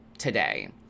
today